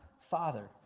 father